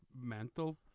mental